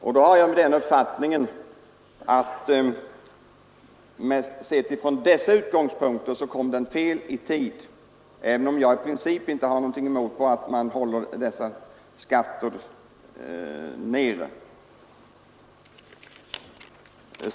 Och då har jag den uppfattningen att sett från konjunktursynpunkt kom åtgärden fel i tiden, även om jag i princip inte har något emot att man håller skatter nere.